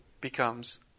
becomes